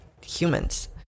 humans